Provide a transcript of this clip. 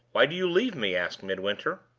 why do you leave me? asked midwinter.